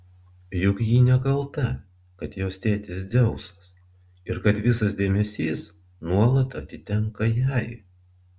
juk ji nekalta kad jos tėtis dzeusas ir kad visas dėmesys nuolat atitenka jai